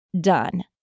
done